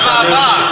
כמה עבר?